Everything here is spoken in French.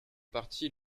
partie